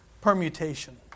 Permutation